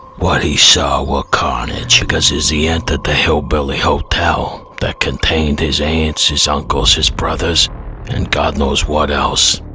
what he saw was carnage, because as he entered the hillbilly hotel that contained his aunt's his uncle's his brothers and god knows what else,